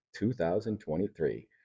2023